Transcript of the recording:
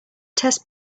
test